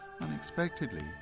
unexpectedly